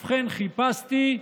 ובכן, חיפשתי,